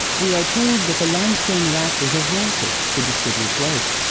we are told that the limestone rafters are vaulted to distribute weight.